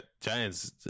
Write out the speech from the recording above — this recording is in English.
giants